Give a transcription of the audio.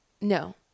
No